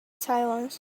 silence